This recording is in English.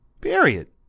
Period